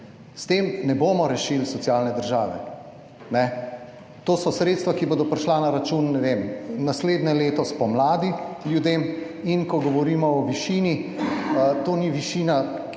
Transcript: s tem ne bomo rešili socialne države. To so sredstva, ki bodo prišla na račun ljudi, ne vem, naslednje leto spomladi. In ko govorimo o višini, to ni višina,